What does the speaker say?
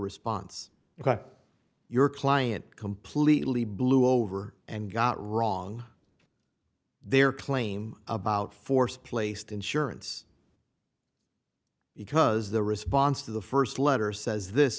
because your client completely blew over and got wrong their claim about forced placed insurance because the response to the st letter says this